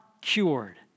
cured